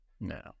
no